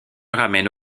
ramène